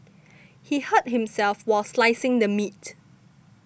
he hurt himself while slicing the meat